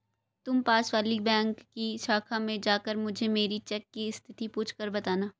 तुम पास वाली बैंक की शाखा में जाकर मुझे मेरी चेक की स्थिति पूछकर बताना